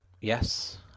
Yes